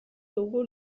dugu